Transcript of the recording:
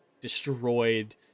destroyed